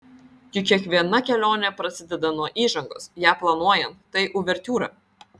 juk kiekviena kelionė prasideda nuo įžangos ją planuojant tai uvertiūra